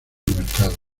mercado